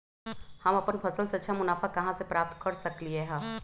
हम अपन फसल से अच्छा मुनाफा कहाँ से प्राप्त कर सकलियै ह?